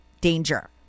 danger